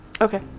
Okay